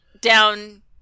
Down